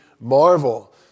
marvel